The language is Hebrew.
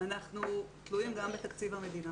אנחנו תלויים גם בתקציב המדינה